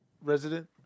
resident